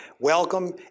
Welcome